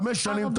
חמש שנים,